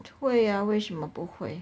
对 ah 为什么不会